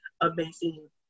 amazing